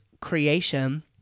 creation